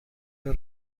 der